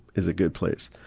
is a good place.